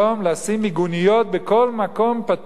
לשים מיגוניות בכל מקום פתוח,